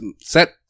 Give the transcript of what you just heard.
set